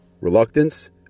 reluctance